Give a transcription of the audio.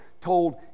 told